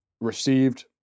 received